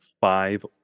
five